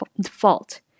default